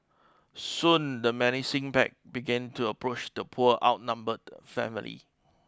soon the menacing pack began to approach the poor outnumbered family